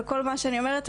על כל מה שאני אומרת,